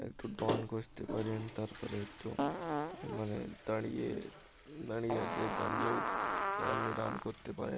একটু ডন করতে পারেন তারপরে একটু মানে দাঁড়িয়ে দাঁড়িয়ে যে দাঁড়িয়েও আপনি রান করতে পারেন